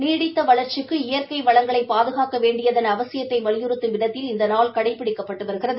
நீடித்த வளர்ச்சிக்கு இயற்கை வளங்களை பாதுகாக்க வேண்டியதன் அவசியத்தை வலியுறுத்தும் விதத்தில் இந்த நாள் கடைபிடிக்கப்பட்டு வருகிறது